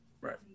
Right